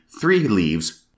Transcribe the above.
three-leaves